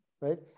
right